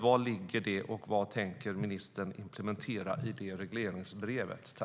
Vad ligger i det, och vad tänker ministern implementera i det?